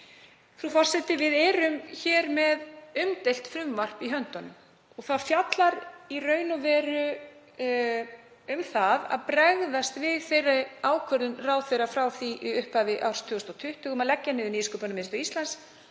Frú forseti. Við erum hér með umdeilt frumvarp í höndunum. Það fjallar í raun og veru um að bregðast við þeirri ákvörðun ráðherra frá því í upphafi árs 2020 að leggja niður Nýsköpunarmiðstöð Íslands